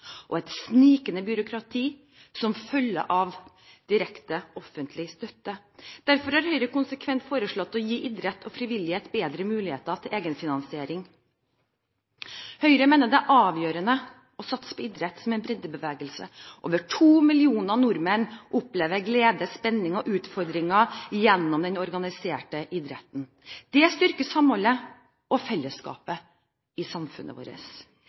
og et snikende byråkrati som følge av direkte offentlig støtte. Derfor har Høyre konsekvent foreslått å gi idrett og frivillighet bedre muligheter til egenfinansiering. Høyre mener det er avgjørende å satse på idrett som en breddebevegelse. Over to millioner nordmenn opplever glede, spenning og utfordringer gjennom den organiserte idretten. Det styrker samholdet og fellesskapet i samfunnet vårt.